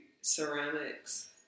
ceramics